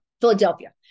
Philadelphia